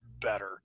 better